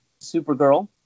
Supergirl